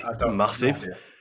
massive